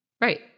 Right